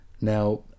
now